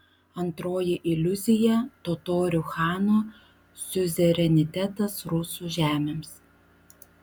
antroji iliuzija totorių chanų siuzerenitetas rusų žemėms